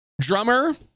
Drummer